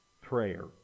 prayer